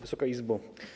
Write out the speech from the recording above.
Wysoka Izbo!